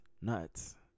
nuts